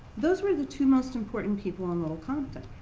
those were the two most important people in little compton,